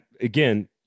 again